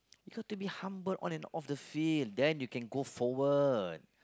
you got to be humble on and off the field then you can go forward